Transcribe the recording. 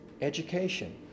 education